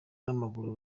n’amaguru